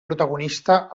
protagonista